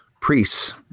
priests